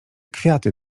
kwiaty